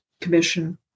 Commission